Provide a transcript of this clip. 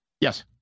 Yes